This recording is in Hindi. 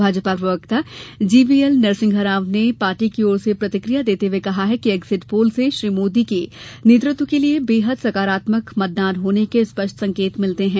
भाजपा प्रवक्ता जीवीएल नरसिम्हाराव ने पार्टी की ओर से प्रतिकिया देते हुए कहा है कि एग्जिट पोल से श्री मोदी के नेतृत्व के लिए बेहद सकारात्मक मतदान होने के स्पष्ट संकेत मिलते हैं